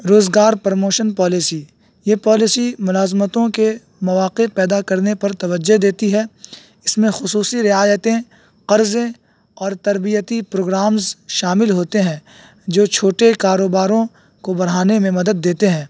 روزگار promotion policy یہ policy ملازمتوں کے مواقع پیدا کرنے پر توجہ دیتی ہے اس میں خصوصی رعایتیں قرضے اور تربیتی پروگرامز شامل ہوتے ہیں جو چھوٹے کاروباروں کو بڑھانے میں مدد دیتے ہیں